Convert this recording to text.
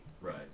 Right